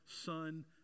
son